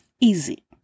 Easy